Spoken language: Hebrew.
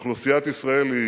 אוכלוסיית ישראל היא